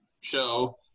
show